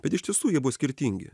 bet iš tiesų jie buvo skirtingi